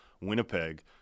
Winnipeg